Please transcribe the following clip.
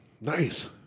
Nice